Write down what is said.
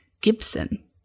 Gibson